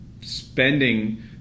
spending